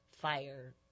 fire